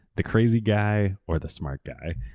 the crazy guy or the smart guy?